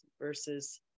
versus